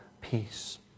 Peace